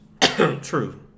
True